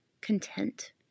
Content